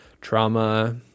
trauma